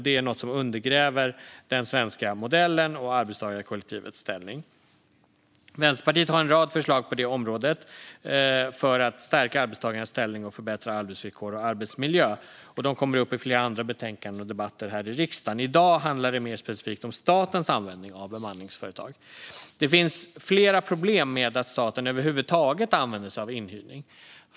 Det undergräver den svenska modellen och arbetstagarkollektivets ställning. Vänsterpartiet har en rad förslag på detta område för att stärka arbetstagarnas ställning och förbättra arbetsvillkor och arbetsmiljö. De kommer upp i flera andra betänkanden och debatter här i riksdagen, men i dag handlar det mer specifikt om statens användning av bemanningsföretag. Det finns flera problem med att staten över huvud taget använder sig av inhyrning.